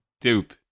Dupe